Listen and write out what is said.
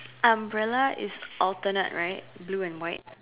umbrella is alternate right blue and white